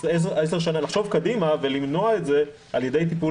לחשוב קדימה ולמנוע את זה על ידי טיפול